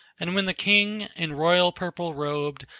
and when the king, in royal purple robed,